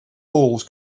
balls